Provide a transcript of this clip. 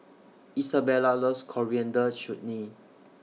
Isabella loves Coriander Chutney